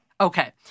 Okay